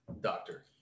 doctor